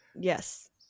yes